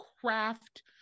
craft